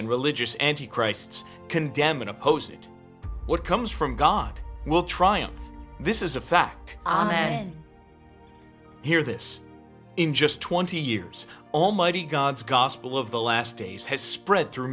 and religious anti christ condemn in opposing what comes from god will triumph this is a fact amen here this in just twenty years almighty god's gospel of the last days has spread through